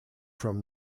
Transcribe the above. from